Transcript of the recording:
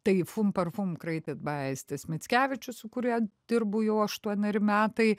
tai fumparfum kreitid bai aistis mickevičius su kuria dirbu jau aštuoneri metai